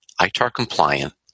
ITAR-compliant